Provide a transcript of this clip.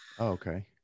okay